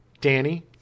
Danny